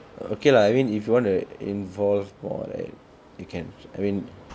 okay lah I mean if you want to involve more like you can I mean